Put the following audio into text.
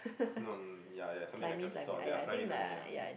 no ya ya something like a sauce ya slightly slimy ya